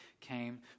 came